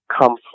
come